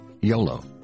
Yolo